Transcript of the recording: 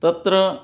तत्र